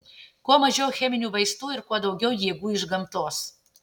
kuo mažiau cheminių vaistų ir kuo daugiau jėgų iš gamtos